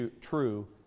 true